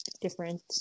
different